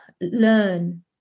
learn